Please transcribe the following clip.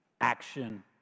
action